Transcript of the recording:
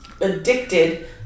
addicted